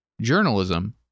journalism